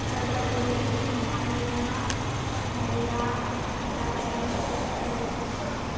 Jalpaiguri Malda Howrah Darjeeling Kalimpong